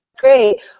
great